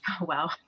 Wow